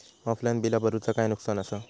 Offline बिला भरूचा काय नुकसान आसा?